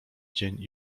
dzień